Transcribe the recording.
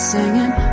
Singing